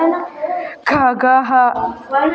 खगः